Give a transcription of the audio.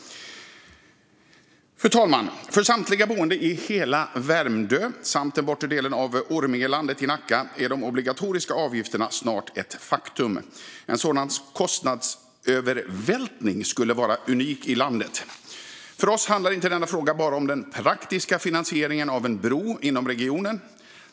Fru talman! För samtliga boende i hela Värmdö samt den bortre delen av Ormingelandet i Nacka är de obligatoriska avgifterna snart ett faktum. En sådan kostnadsövervältring skulle vara unik i landet. Jag ska nu läsa innantill: För oss handlar denna fråga inte bara om den praktiska finansieringen av en bro inom regionen.